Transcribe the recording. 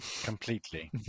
Completely